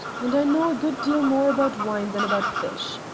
and i know a good deal more about wine than about fish,